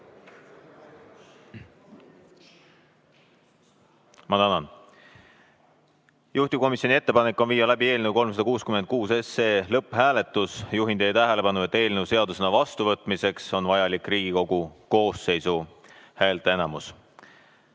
Ma tänan! Juhtivkomisjoni ettepanek on viia läbi eelnõu 366 lõpphääletus. Juhin teie tähelepanu, et eelnõu seadusena vastuvõtmiseks on vajalik Riigikogu koosseisu häälteenamus. Panen